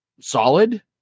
solid